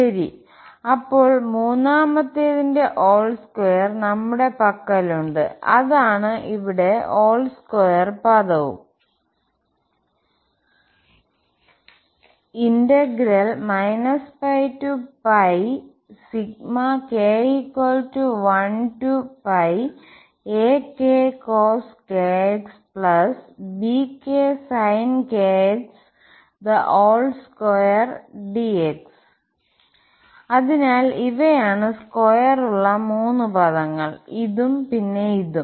ശരി അപ്പോൾ മൂന്നാമത്തേതിന്റെ വോൾ സ്ക്വയർ നമ്മുടെ പക്കലുണ്ട്അതാണ് ഇവിടെ വോൾ സ്ക്വയർ പദവുംഅതിനാൽ ഇവയാണ് സ്ക്വയർ ഉള്ള മൂന്ന് പദങ്ങൾ ഇതും പിന്നെ ഇതും